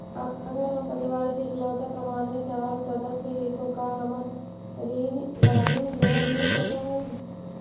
अगर हम परिवार के इकलौता कमाने चावल सदस्य ही तो का हमरा ऋण यानी लोन मिल सक हई?